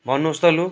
भन्नुहोस् त लु